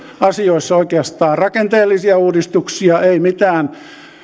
asioissa oikeastaan rakenteellisia uudistuksia ei mitään